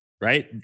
right